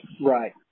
Right